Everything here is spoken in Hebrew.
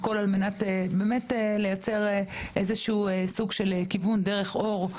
הכל על מנת באמת לייצר איזה שהוא סוג של כיוון דרך אור,